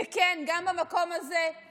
וכן, גם במקום הזה היא צינית.